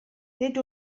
nid